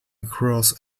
across